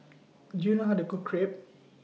Do YOU know How to Cook Crepe